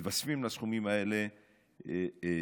מתווספים לסכומים האלה עוד